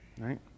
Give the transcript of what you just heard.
right